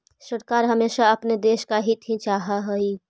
सरकार हमेशा अपने देश का हित ही चाहा हई